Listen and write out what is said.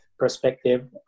perspective